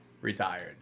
retired